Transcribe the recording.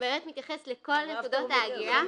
הוא מתייחס לכל נקודות ההגירה,